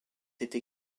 été